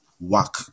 work